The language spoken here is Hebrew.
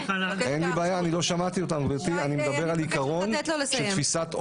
--- אני מבקשת לתת לו לסיים.